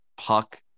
Puck